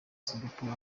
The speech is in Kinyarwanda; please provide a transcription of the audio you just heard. singapore